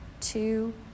two